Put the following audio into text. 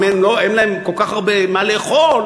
אם אין להם כל כך הרבה מה לאכול,